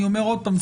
אני אומר עוד פעם,